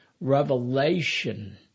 revelation